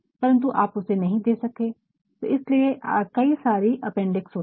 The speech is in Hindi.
परन्तु आप उसे नहीं दे सके तो इसलिए कई सारी अपेंडिक्स होती है